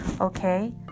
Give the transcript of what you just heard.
okay